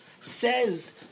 says